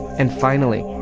and finally,